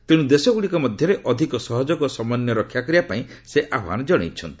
ତେଣୁ ଦେଶଗୁଡ଼ିକ ମଧ୍ୟରେ ଅଧିକ ସହଯୋଗ ଓ ସମନ୍ୱୟ ରକ୍ଷା କରିବା ପାଇଁ ସେ ଆହ୍ୱାନ ଜଣାଇଛନ୍ତି